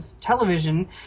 television